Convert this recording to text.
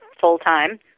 full-time